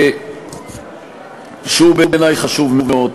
שהוא חשוב מאוד בעיני.